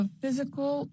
physical